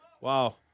Wow